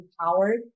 empowered